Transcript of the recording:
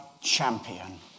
champion